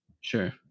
Sure